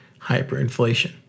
hyperinflation